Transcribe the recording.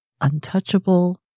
untouchable